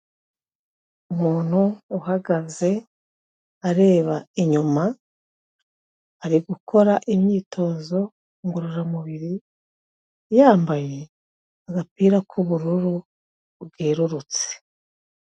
Umuntu uhagaze areba inyuma, ari gukora imyitozo ngororamubiri, yambaye agapira k'ubururu bwerurutse.